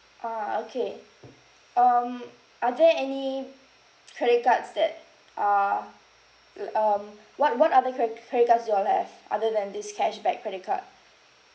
ah okay um are there any credit cards that uh il~ um what what other cre~ credit cards do you all have other than this cashback credit card